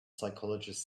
psychologist